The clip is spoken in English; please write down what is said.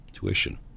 tuition